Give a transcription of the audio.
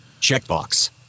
Checkbox